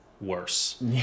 worse